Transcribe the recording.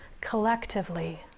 collectively